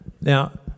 Now